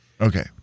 Okay